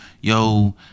yo